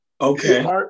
Okay